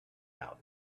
out